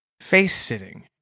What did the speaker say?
face-sitting